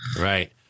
Right